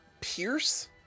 pierce